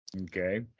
Okay